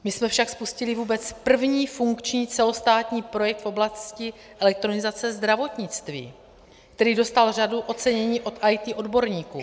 My jsme však spustili vůbec první funkční celostátní projekt v oblasti elektronizace zdravotnictví, který dostal řadu ocenění od IT odborníků.